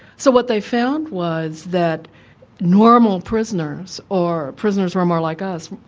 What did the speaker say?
so what they found was that normal prisoners, or prisoners who are more like us,